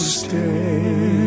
stay